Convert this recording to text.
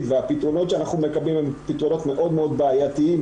והפתרונות שאנחנו מקבלים הם פתרונות מאוד מאוד בעייתיים,